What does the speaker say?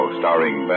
starring